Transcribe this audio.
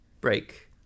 break